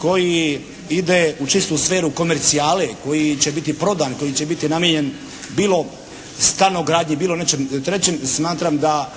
koji ide u čistu sferu komercijale, koji će biti prodan, koji će biti namijenjen bilo stanogradnji, bilo nečem trećem smatram da